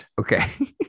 Okay